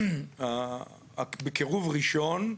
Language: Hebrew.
בקירוב ראשון,